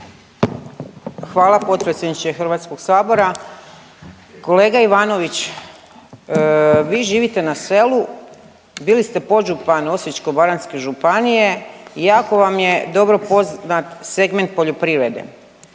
Hvala potpredsjedniče HS-a. Kolega Ivanović vi živite na selu, bili ste podžupan Osječko-baranjske županije i jako vam je dobro poznat segment poljoprivrede,